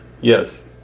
Yes